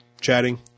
chatting